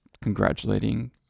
congratulating